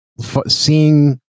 Seeing